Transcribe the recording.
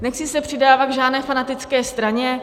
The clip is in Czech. Nechci se přidávat k žádné fanatické straně.